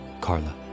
Carla